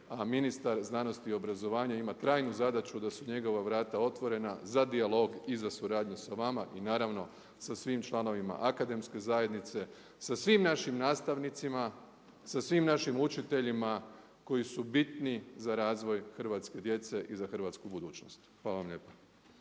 A ministar znanosti i obrazovanja ima trajnu zadaću da su njegova vrata otvorena za dijalog i za suradnju sa vama i naravno sa svim članovima akademske zajednice, sa svim našim nastavnicima, sa svim našim učiteljima koji su bitni za razvoj hrvatske djece i za hrvatsku budućnost. Hvala vam lijepa.